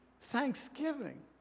Thanksgiving